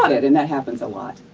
ah it, and that happens a lot.